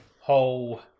whole